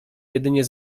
jedynie